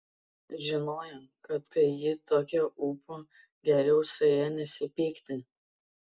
žinojo kad kai ji tokio ūpo geriau su ja nesipykti